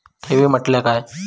ठेवी म्हटल्या काय?